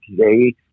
today